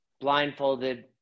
blindfolded